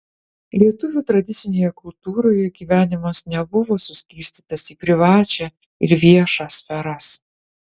lietuvių tradicinėje kultūroje gyvenimas nebuvo suskirstytas į privačią ir viešą sferas